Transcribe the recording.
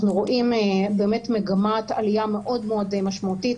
אנחנו רואים מגמת עלייה מאוד מאוד משמעותית